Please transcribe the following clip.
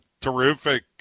terrific